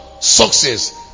success